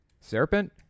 Serpent